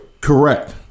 Correct